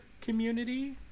community